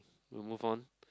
we'll move on